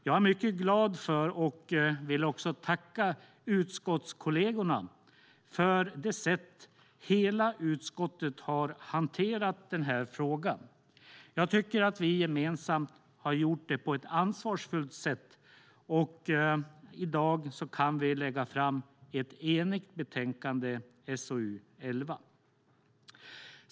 Jag är mycket glad för och vill tacka utskottskollegerna för det sätt på vilket hela utskottet har hanterat frågan. Jag tycker att vi gemensamt har gjort det på ett ansvarsfullt sätt, och i dag kan vi lägga fram ett enigt betänkande, SoU11.